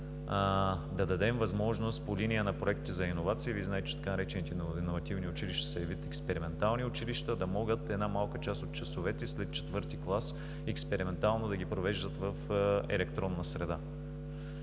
да дадем възможност по линия на проекти за иновации, Вие знаете, че така наречените иновативни училища са и вид експериментални училища, да могат една малка част от часовете след IV клас експериментално да ги провеждат в електронна среда.